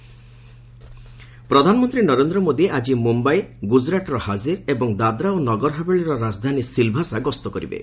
PM visit ପ୍ରଧାନମନ୍ତ୍ରୀ ନରେନ୍ଦ୍ର ମୋଦି ଆଜି ମୁମ୍ୟାଇ ଗୁଜରାଟର ହାଜିର ଏବଂ ଦାଦ୍ରା ଓ ନଗର ହାବେଳିର ରାଜଧାନୀ ସିଲ୍ଭାସା ଗସ୍ତ କରିବେ